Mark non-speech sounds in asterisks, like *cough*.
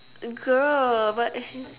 girl but *noise*